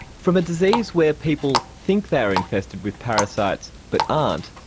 from a disease where people think they are infested with parasites but aren't,